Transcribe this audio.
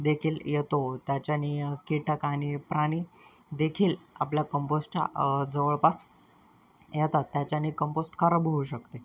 देखील येतो त्याच्याने कीटक आणि प्राणी देखील आपल्या कंपोश्टच्या जवळपास येतात त्याच्याने कंपोस्ट खराब होऊ शकते